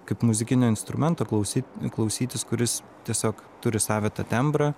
kaip muzikinio instrumento klausy klausytis kuris tiesiog turi savitą tembrą